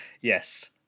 Yes